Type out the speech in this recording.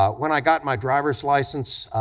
ah when i got my driver's license,